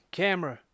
camera